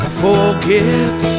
forget